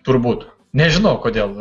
turbūt nežinau kodėl